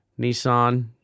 Nissan